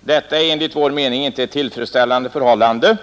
Detta är enligt vår mening inte ett tillfredsställande förhållande.